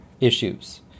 issues